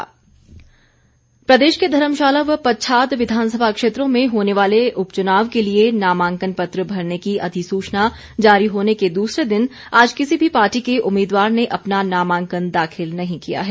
नामांकन प्रदेश के धर्मशाला व पच्छाद विधानसभा क्षेत्रों में होने वाले उपच्नाव के लिए नामांकन पत्र भरने की अधिसूचना जारी होने के दूसरे दिन आज किसी भी पार्टी के उम्मीदवार ने अपना नामांकन दााखिल नहीं किया है